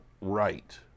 right